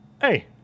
Hey